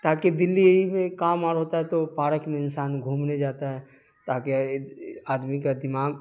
تاکہ دلی ای میں کام اور ہوتا ہے تو پارک میں انسان گھومنے جاتا ہے تاکہ آدمی کا دماغ